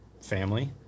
family